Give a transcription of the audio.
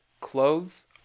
clothes